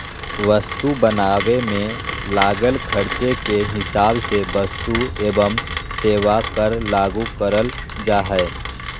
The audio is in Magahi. वस्तु बनावे मे लागल खर्चे के हिसाब से वस्तु एवं सेवा कर लागू करल जा हय